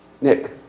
Nick